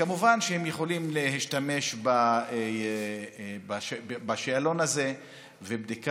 כמובן שהם יכולים להשתמש בשאלון הזה ובבדיקת